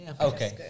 Okay